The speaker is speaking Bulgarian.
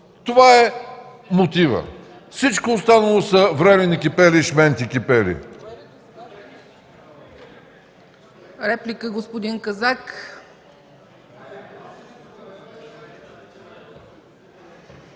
Това е мотивът. Всичко останало са врели-некипели и шменти капели!